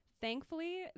Thankfully